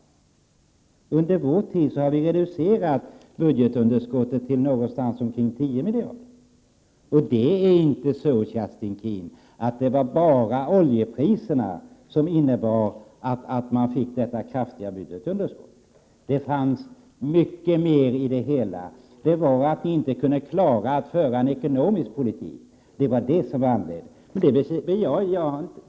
Under vår tid har vi reducerat det till någonstans omkring 10 miljarder. Det berodde inte bara på oljepriset, Kerstin Keen, att det blev så kraftiga budgetunderskott under de borgerliga regeringsåren, utan det var mycket annat som inverkade. Ni klarade inte att föra den ekonomiska politiken.